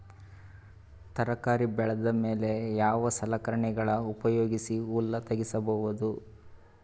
ತರಕಾರಿ ಬೆಳದ ಮೇಲೆ ಯಾವ ಸಲಕರಣೆಗಳ ಉಪಯೋಗಿಸಿ ಹುಲ್ಲ ತಗಿಬಹುದು?